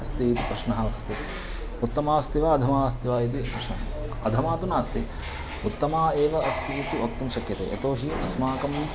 अस्ति इति प्रश्नः अस्ति उत्तमा अस्ति वा अधमा अस्ति वा इति प्रश्न अधमा तु नास्ति उत्तमा एव अस्ति इति वक्तुं शक्यते यतोहि अस्माकम्